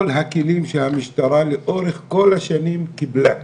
כל הכלים שהמשטרה לאורך כל השנים קיבלה,